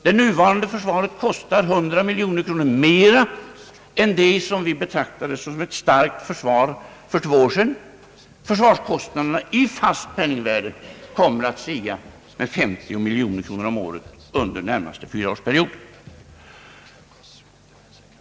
Det nuvarande försvaret kostar 100 miljoner kronor mer än det som vi betraktade som ett starkt försvar för två år sedan. Försvarskostnaderna i fast penningvärde kommer att stiga med 50 miljoner kronor per år under den närmaste fyraårsperioden.